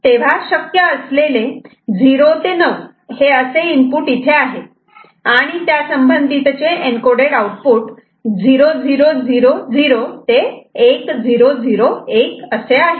तेव्हा शक्य असलेले 0 ते 9 हे असे इनपुट इथे आहेत आणि त्या संबंधितचे एन्कोडेड आउटपुट 0000 ते 1001 आहे